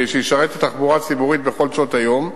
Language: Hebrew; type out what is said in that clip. שישרת תחבורה ציבורית בכל שעות היום,